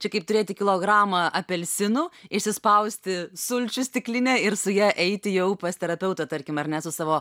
čia kaip turėti kilogramą apelsinų išsispausti sulčių stiklię ir su ja eiti jau pas terapeutą tarkim ar ne su savo